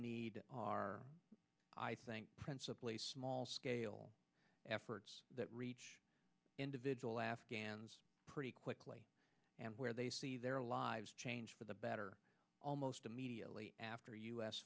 need are i think principal a small scale effort that reach individual afghans pretty quickly and where they see their lives change for the better almost immediately after u